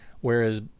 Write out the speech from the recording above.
whereas